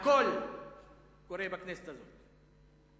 הכול קורה בכנסת הזאת,